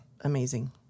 amazing